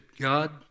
God